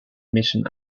mission